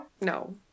No